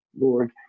Lord